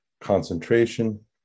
concentration